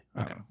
Okay